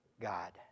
God